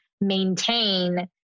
maintain